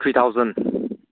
three thousand